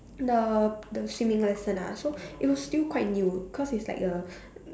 the the swimming lesson ah so it was still quite new cause it's like a